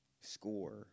score